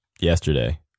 yesterday